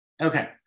okay